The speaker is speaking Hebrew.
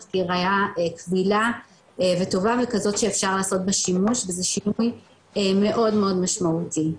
כראייה קבילה וטובה וכזאת שניתן לעשות בה שימוש וזה שינוי מאוד משמעותי.